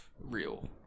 real